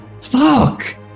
Fuck